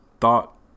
thought